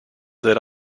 that